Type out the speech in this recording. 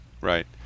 Right